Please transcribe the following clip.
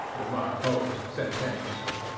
remarked holmes, sententiously.